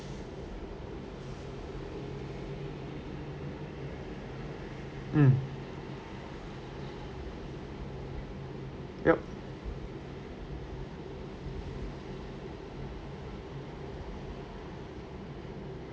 mm yup